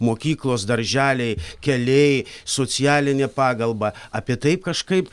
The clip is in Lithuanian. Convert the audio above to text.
mokyklos darželiai keliai socialinė pagalba apie tai kažkaip